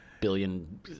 billion